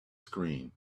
screen